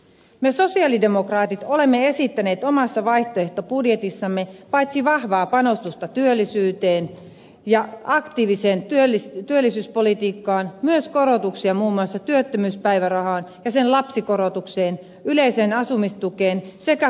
me sosialidemokraatit olemme esittäneet omassa vaihtoehtobudjetissamme paitsi vahvaa panostusta työllisyyteen ja aktiiviseen työllisyyspolitiikkaan myös korotuksia muun muassa työttömyyspäivärahaan ja sen lapsikorotukseen yleiseen asumistukeen sekä kunnalliseen perusvähennykseen